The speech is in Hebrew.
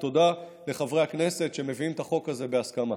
ותודה לחברי הכנסת שמביאים את החוק הזה בהסכמה.